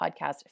podcast